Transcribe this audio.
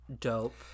dope